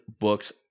Books